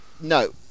No